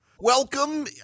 Welcome